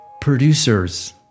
producers